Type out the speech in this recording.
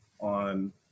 on